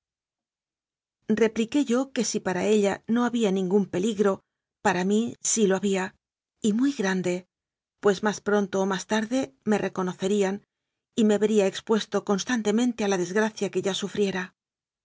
repliqué yo que si para ella no había ningún pe ligro para mí sí lo había y muy grande pues más pronto o más tarde me reconocerían y me vería expuesto constantemente a la desgracia que ya